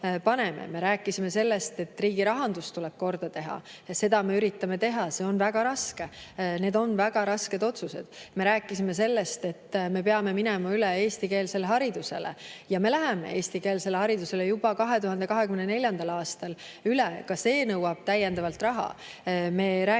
Me rääkisime sellest, et riigi rahandus tuleb korda teha, ja seda me üritame teha, see on väga raske. Need on väga rasked otsused. Me rääkisime sellest, et me peame minema üle eestikeelsele haridusele, ja me läheme eestikeelsele haridusele üle juba 2024. aastal. Ka see nõuab täiendavalt raha.